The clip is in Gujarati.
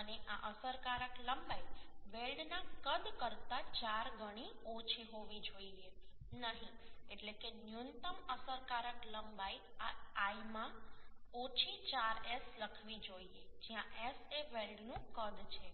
અને આ અસરકારક લંબાઈ વેલ્ડના કદ કરતાં ચાર ગણી ઓછી હોવી જોઈએ નહીં એટલે કે ન્યૂનતમ અસરકારક લંબાઈ આ l માં ઓછી 4S લખવી જોઈએ જ્યાં S એ વેલ્ડનું કદ છે